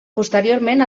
posteriorment